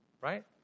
right